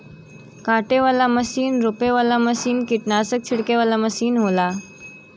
काटे वाला मसीन रोपे वाला मसीन कीट्नासक छिड़के वाला मसीन होला